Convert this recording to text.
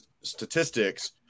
statistics